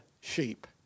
sheep